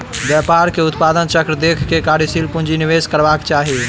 व्यापार के उत्पादन चक्र देख के कार्यशील पूंजी निवेश करबाक चाही